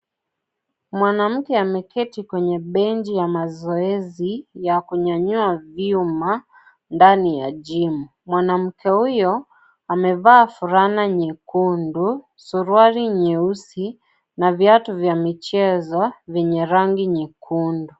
Mwanamke ameketi kwenye benchi ya mazoezi, ya kunyanyua vyuma ndani ya Gym . Mwanamke huyo amevaa fulana nyekundu, suruali nyeusi na viatu vya michezo vyenye rangi nyekundu.